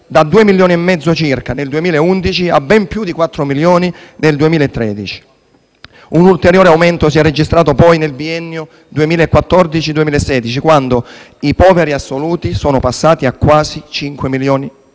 da due milioni e mezzo circa nel 2011 a ben più di quattro milioni nel 2013. Un ulteriore aumento si è registrato poi nel biennio 2014 -2016, quando i poveri assoluti sono passati a quasi cinque